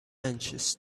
anxious